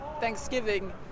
Thanksgiving